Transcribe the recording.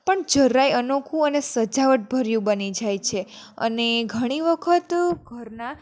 પણ જરા અનોખું અને સજાવટ ભર્યું બની જાય છે અને ઘણી વખત ઘરના